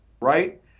right